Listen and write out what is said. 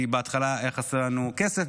כי בהתחלה היה חסר לנו כסף,